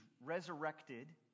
resurrected